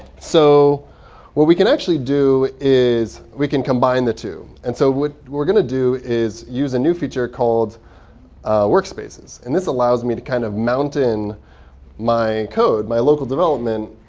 so what we can actually do is we can combine the two. and so what we're going to do is use a new feature called workspaces. and this allows me to kind of mount in my code, my local development